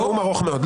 נאום ארוך מאוד.